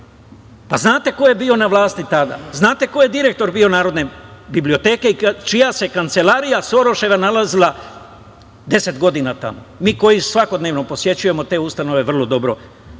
Znate ko je bio na vlasti tada? Znate ko je bio direktor Narodne biblioteke i čija se kancelarija Soroševa nalazila deset godina tamo? Mi koji svakodnevno posećujemo te ustanove vrlo dobro